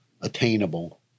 attainable